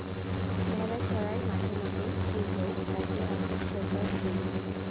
ভেড়া চোরাই মাঠে মাঠে যে লোক তাকে আমরা শেপার্ড বলি